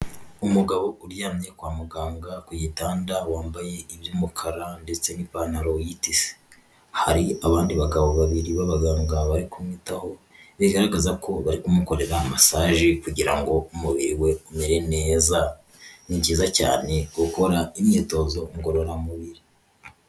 Umugabo uryamye kwa muganga ku gitanda wambaye iby'umukara ndetse n'ipantaro y'itisi, hari abandi bagabo babiri b'abaganga bari kumwitaho bigaragaza ko bari kumukorera masaje kugira ngo umubiri we umere neza, ni byiza cyane gukora imyitozo ngororamubiri.